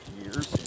years